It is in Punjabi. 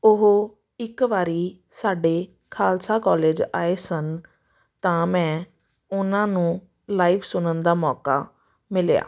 ਉਹ ਇੱਕ ਵਾਰੀ ਸਾਡੇ ਖਾਲਸਾ ਕੋਲਜ ਆਏ ਸਨ ਤਾਂ ਮੈਂ ਉਹਨਾਂ ਨੂੰ ਲਾਈਵ ਸੁਣਨ ਦਾ ਮੌਕਾ ਮਿਲਿਆ